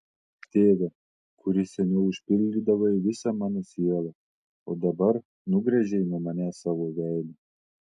tėve kuris seniau užpildydavai visą mano sielą o dabar nugręžei nuo manęs savo veidą